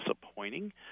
disappointing